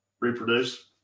reproduce